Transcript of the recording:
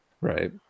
right